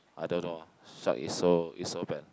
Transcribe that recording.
I don't know shark is so is so bad